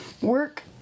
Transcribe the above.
Work